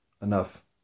enough